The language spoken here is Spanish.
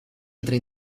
entre